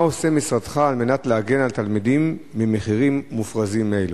מה עושה משרדך על מנת להגן על תלמידים ממחירים מופרזים אלו?